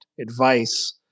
Advice